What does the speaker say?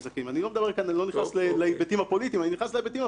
אני לא מתייחס להיבטים הפוליטיים אלא לפשוטים.